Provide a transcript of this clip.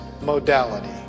modality